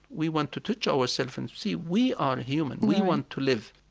we want to touch ourself and see we are human. we want to live.